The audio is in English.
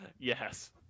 Yes